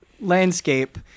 landscape